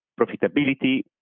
Profitability